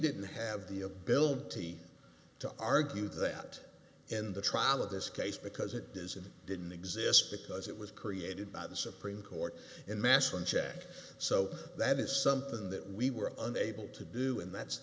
didn't have the ability to argue that in the trial of this case because it does and didn't exist because it was created by the supreme court in mass unchecked so that is something that we were unable to do and that's